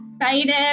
excited